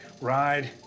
ride